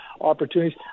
opportunities